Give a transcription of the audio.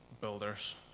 builders